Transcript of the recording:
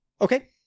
Okay